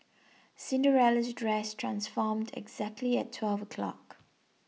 Cinderella's dress transformed exactly at twelve o'clock